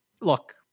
look